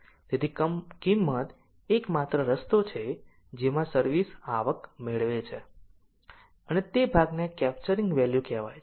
તેથી કિંમત એ એકમાત્ર રસ્તો છે જેમાં સર્વિસ આવક મેળવે છે અને તે ભાગને કેપ્ચરિંગ વેલ્યુ કહેવાય છે